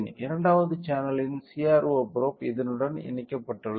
இரண்டாவது சேனலின் CRO probe இதனுடன் இணைக்கப்பட்டுள்ளது